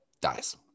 dies